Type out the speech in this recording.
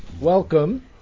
Welcome